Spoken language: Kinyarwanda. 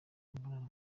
mibonano